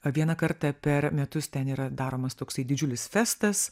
vieną kartą per metus ten yra daromas toksai didžiulis festas